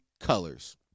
Colors